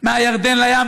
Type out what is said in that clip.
מהירדן לים,